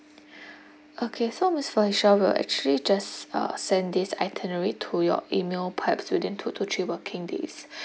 okay so miss felicia will actually just uh send this itinerary to your email perhaps within two to three working days